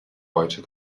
heute